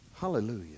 Hallelujah